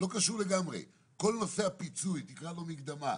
כל נושא הפיצוי, תקרא לו מקדמה,